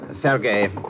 Sergei